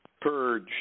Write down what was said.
purge